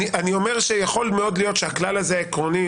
מאוד יכול להיות שהכלל העקרוני